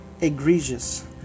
egregious